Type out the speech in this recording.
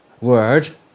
word